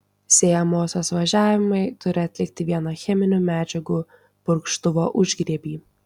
sėjamosios važiavimai turi atitikti vieną cheminių medžiagų purkštuvo užgriebį